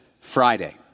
Friday